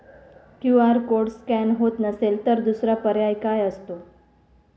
QR code scan होत नसेल तर दुसरा पर्याय काय असतो?